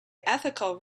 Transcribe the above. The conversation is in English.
ethical